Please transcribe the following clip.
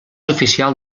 oficial